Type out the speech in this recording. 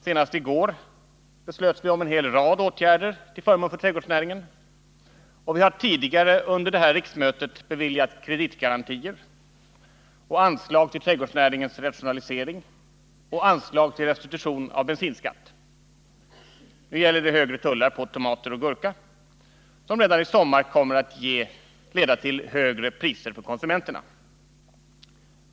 Senast i går fattade vi beslut om en hel rad åtgärder till förmån för trädgårdsnäringen, och vi har tidigare under det här riksmötet beviljat kreditgarantier och anslag till trädgårdsnäringens rationalisering samt anslag till restitution av bensinskatt. Nu gäller det högre tullar på tomater och gurka, tullar som redan i sommar kommer att leda till högre priser för konsumenterna.